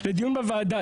פה בוועדה.